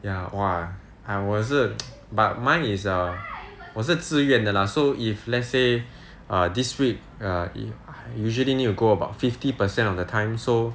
ya !wah! ah 我是 but mine is err 我是自愿的 lah so if let's say err this week err usually need to go about fifty percent of the time so